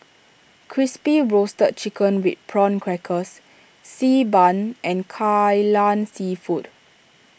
Crispy Roasted Chicken with Prawn Crackers Xi Ban and Kai Lan Seafood